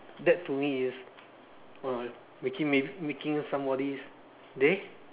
that to me is uh making me making somebody's day